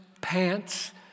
pants